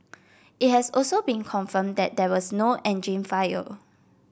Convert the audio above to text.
it has also been confirmed that there was no engine fire